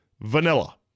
Vanilla